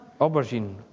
Aubergine